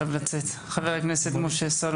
חבר הכנסת משה טור